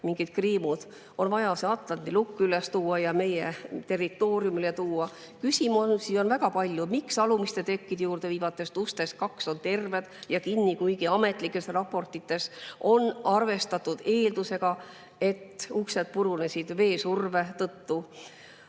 mingid kriimud. On vaja see Atlandi lukk üles tuua ja meie territooriumile tuua. Küsimusi on väga palju. Miks alumiste tekkide juurde viivatest ustest kaks on terved ja kinni, kuigi ametlikes raportites on arvestatud eeldusega, et uksed purunesid vee surve tõttu?